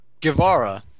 Guevara